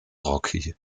rocky